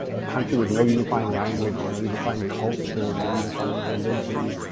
a country with no unifying language, no unifying culture, and no unifying religion,